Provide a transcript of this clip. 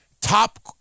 top